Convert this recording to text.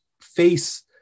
face